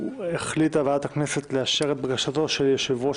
החליטה ועדת הכנסת לאשר את בקשתו של יושב-ראש